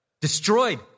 destroyed